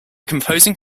composing